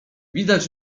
widać